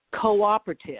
cooperative